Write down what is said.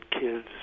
kids